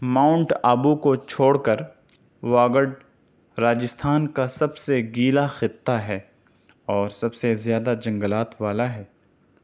Mount Abu کو چھوڑ کر واگڈ راجستھان کا سب سے گیلا خطہ ہے اور سب سے زیادہ جنگلات والا ہے